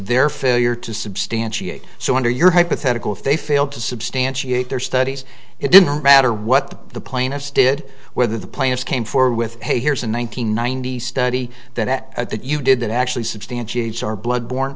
their failure to substantiate so under your hypothetical if they failed to substantiate their studies it didn't matter what the plaintiffs did whether the plaintiffs came forward with hey here's the one nine hundred ninety study that you did that actually substantiates our blood born